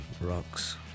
rocks